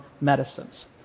medicines